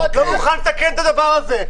לא מוכן לתקן את הדבר הזה.